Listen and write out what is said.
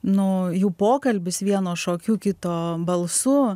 nu jų pokalbis vieno šokiu kito balsu